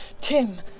Tim